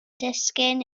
disgyn